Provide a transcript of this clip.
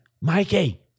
Mikey